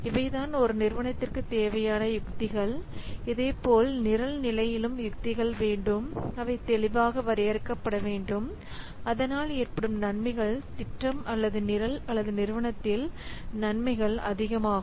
இவை தான் ஒரு நிறுவனத்திற்கு தேவையான யுத்திகள் இதேபோல் நிரல் நிலையிலும் யுத்திகள் வேண்டும் அவை தெளிவாக வரையறுக்கப்பட வேண்டும் அதனால் ஏற்படும் நன்மைகள் திட்டம் அல்லது நிரல் அல்லது நிறுவனத்தில் நன்மைகள் அதிகமாகும்